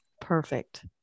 Perfect